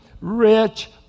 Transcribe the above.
rich